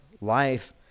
life